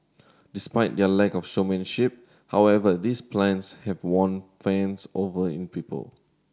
despite their lack of showmanship however these plants have won fans over in people